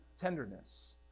tenderness